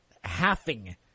halving